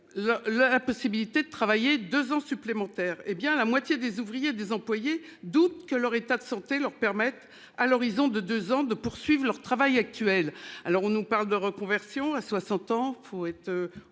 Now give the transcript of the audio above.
La possibilité de travailler 2 ans supplémentaires. Hé bien la moitié des ouvriers, des employés doutent que leur état de santé leur permettent à l'horizon de 2 ans de poursuivent leur travail actuel. Alors, on nous parle de reconversion à 60 ans